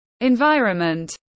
environment